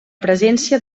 presència